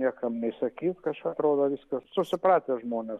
niekam įsakyt kažką atrodo viskas susiprato žmonės